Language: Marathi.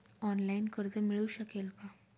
ऑनलाईन कर्ज मिळू शकेल का?